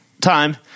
time